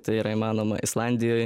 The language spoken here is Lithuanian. tai yra įmanoma islandijoj